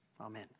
Amen